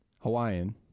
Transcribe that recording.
Hawaiian